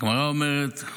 הגמרא אומרת: